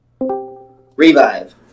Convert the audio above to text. Revive